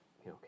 okay